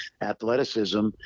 athleticism